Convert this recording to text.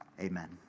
Amen